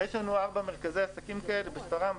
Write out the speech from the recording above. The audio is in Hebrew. ויש לנו ארבעה מרכזי עסקים כאלה בשפרעם,